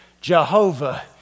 Jehovah